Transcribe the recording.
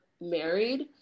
married